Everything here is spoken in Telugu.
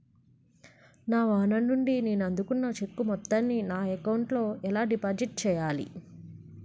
నా ఓనర్ నుండి నేను అందుకున్న చెక్కు మొత్తాన్ని నా అకౌంట్ లోఎలా డిపాజిట్ చేయాలి?